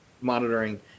monitoring